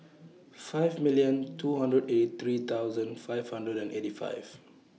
five million two hundred eight three thousand five hundred and eighty five